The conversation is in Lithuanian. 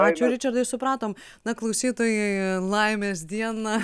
ačiū ričardai supratom na klausytojai laimės dieną